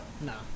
No